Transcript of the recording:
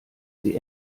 sie